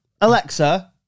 Alexa